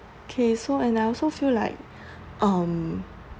K so and I also feel like um